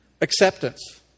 acceptance